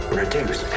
reduce